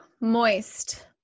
moist